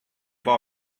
have